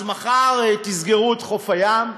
אז מחר תסגרו את חוף הים,